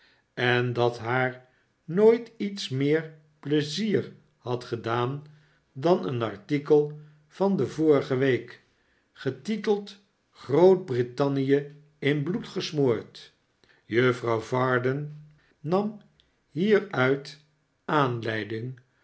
en dat haar nooit iets meer pleizier had gedaan dan een artikel van de vorige week getiteld groot britannie in bloed gesmoord juftrouw varden nam hieruit aanleiding